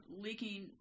leaking